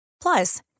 Plus